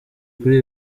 kuri